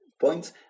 points